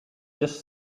just